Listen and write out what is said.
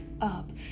up